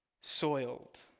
soiled